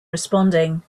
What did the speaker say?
responding